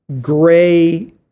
Gray